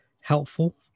helpful